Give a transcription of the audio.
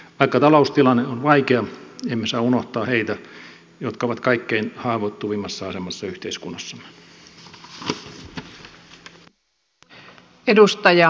vaikka taloustilanne on vaikea emme saa unohtaa heitä jotka ovat kaikkein haavoittuvimmassa asemassa yhteiskunnassamme